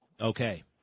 Okay